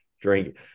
drink